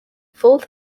full